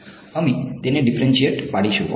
અમે તેને ડીફરેનસીયેટ પાડીશું